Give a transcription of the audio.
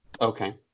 okay